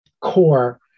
core